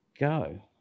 go